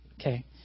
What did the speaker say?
Okay